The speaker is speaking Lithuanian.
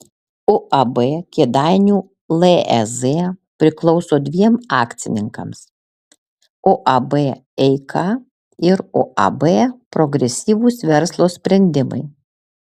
uab kėdainių lez priklauso dviem akcininkams uab eika ir uab progresyvūs verslo sprendimai